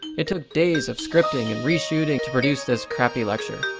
it took days of scripting and reshooting to produce this crappy lecture.